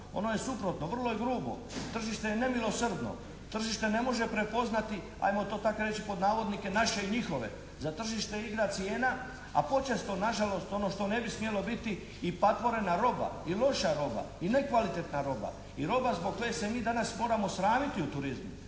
Ono je suprotno, vrlo je grubo. Tržište je nemilosrdno. Tržište ne može prepoznati ajmo to tako reći "naše i njihove". Za tržište je igra cijena a počesto nažalost ono što ne bi smjelo biti i patvorena roba i loša roba i nekvalitetna roba. I roba zbog koje se mi danas moramo sramiti u turizmu.